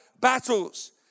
battles